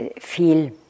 feel